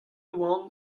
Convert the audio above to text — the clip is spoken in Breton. oant